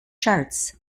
charts